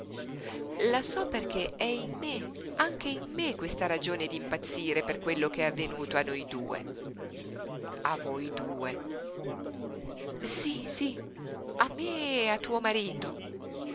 la so perché è in me anche in me questa ragione d'impazzire per quello che è avvenuto a noi due a voi due sí sí a me e a tuo marito